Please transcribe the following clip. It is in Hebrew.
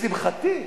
לשמחתי,